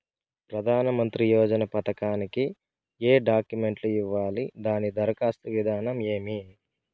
ప్రధానమంత్రి యోజన పథకానికి ఏ డాక్యుమెంట్లు ఇవ్వాలి దాని దరఖాస్తు విధానం ఏమి